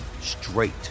straight